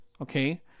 okay